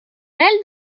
elle